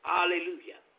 Hallelujah